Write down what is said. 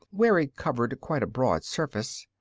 where it covered quite a broad surface.